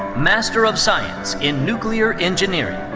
master of science in nuclear engineering.